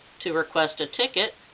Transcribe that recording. to request a ticket,